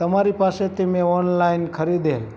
તમારી પાસેથી મેં ઓનલાઇન ખરીદેલું